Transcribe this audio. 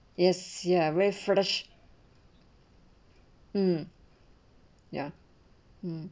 yes ya very fresh mm ya mm